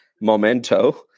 memento